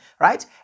right